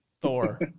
Thor